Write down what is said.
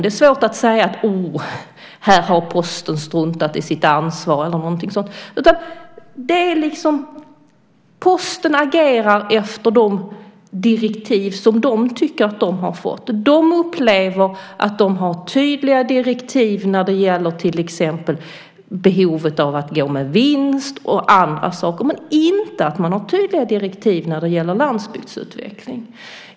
Det är svårt att säga: Åh, här har Posten struntat i sitt ansvar! Posten agerar enligt de direktiv som de tycker att de har fått. De upplever att de har tydliga direktiv när det gäller till exempel behovet av att gå med vinst och annat, men inte att man har tydliga direktiv när det gäller landsbygdsutvecklingen.